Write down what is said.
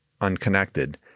unconnected